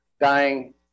dying